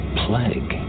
plague